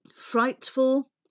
frightful